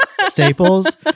Staples